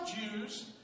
Jews